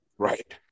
Right